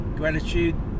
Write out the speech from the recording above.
gratitude